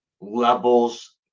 levels